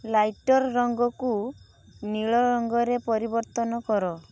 ଲାଇଟ୍ର ରଙ୍ଗକୁ ନୀଳ ରଙ୍ଗରେ ପରିବର୍ତ୍ତନ କର